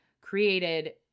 created